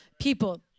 people